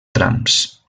trams